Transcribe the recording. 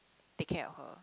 take care of her